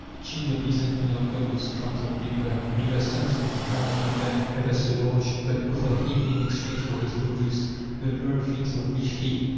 cheat the peasant no longer with scraps of paper be the sums inscribed upon them ever so large but offer him in exchange for his produce the very things of which he,